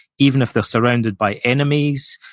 even if they're surrounded by enemies,